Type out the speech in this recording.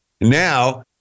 now